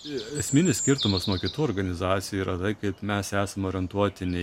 esminis skirtumas nuo kitų organizacijų yra tai kad mes esame orientuoti ne